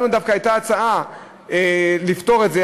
לנו דווקא הייתה הצעה לפתור את זה,